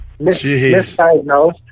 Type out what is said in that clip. misdiagnosed